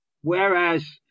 whereas